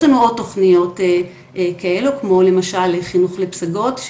יש לנו עוד תוכניות כאלו כמו למשל לחינוך לפסגות,